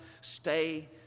Stay